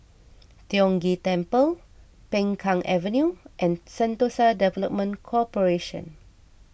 Tiong Ghee Temple Peng Kang Avenue and Sentosa Development Corporation